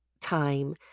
time